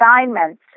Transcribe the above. assignments